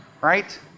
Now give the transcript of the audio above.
Right